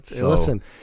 Listen